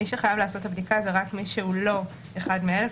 מי שחייב לעשות את הבדיקה זה רק מי שהוא לא אחד מאלה,